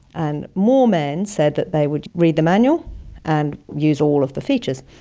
and more men said that they would read the manual and use all of the features.